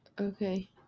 Okay